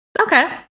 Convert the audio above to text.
Okay